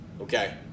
Okay